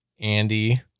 andy